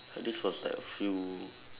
this was like a few